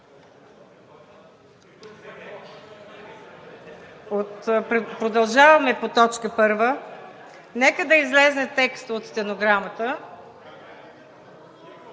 Продължаваме по точка първа. Нека да излезе текста от стенограмата.